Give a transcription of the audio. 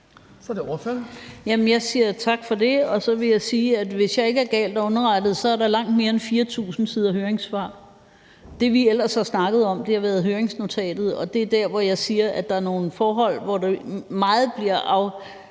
Jeg siger tak for det, og så vil jeg sige, at hvis jeg ikke er galt underrettet, er der langt mere end 4.000 siders høringssvar. Det, vi ellers har snakket om, har været høringsnotatet, og det er der, hvor jeg siger, at der er nogle forhold, hvor det i høj